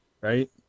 right